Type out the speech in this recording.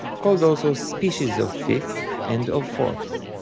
called also species of five ths and of four ths.